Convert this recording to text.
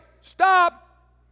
stop